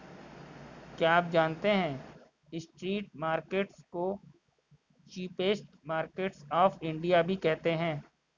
क्या आप जानते है स्ट्रीट मार्केट्स को चीपेस्ट मार्केट्स ऑफ इंडिया भी कहते है?